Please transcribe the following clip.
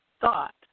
thought